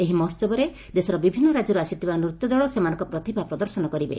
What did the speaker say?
ଏହି ମହୋହବରେ ଦେଶର ବିଭିନୁ ରାକ୍ୟରୁ ଆସିଥିବା ନୂତ୍ୟ ଦଳ ସେମାନଙ୍କର ପ୍ରତିଭା ପ୍ରଦର୍ଶନ କରିବେ